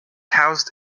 housed